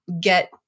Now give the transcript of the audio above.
get